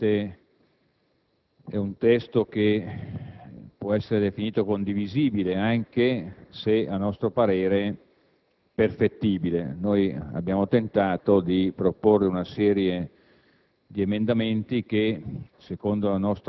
dal contesto in cui ci siamo mossi, sicuramente possiamo definirlo condivisibile, anche se - a nostro parere - perfettibile. Noi abbiamo tentato di proporre una serie di